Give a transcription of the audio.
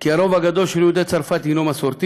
מכך כי הרוב הגדול של יהודי צרפת הוא מסורתי,